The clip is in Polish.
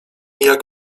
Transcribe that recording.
jak